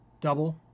Double